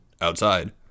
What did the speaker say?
outside